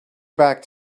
back